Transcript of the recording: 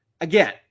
Again